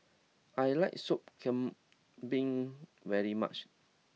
I like Sop Kambing very much